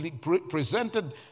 presented